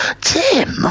Tim